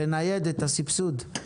לנייד את הסבסוד.